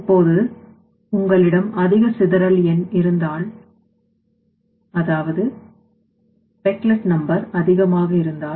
இப்போது உங்களிடம் அதிக சிதறல் எண் இருந்தால் அதிக கலவை இருக்கும்